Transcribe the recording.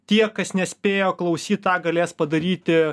tie kas nespėjo klausyt tą galės padaryti